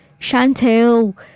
Chantel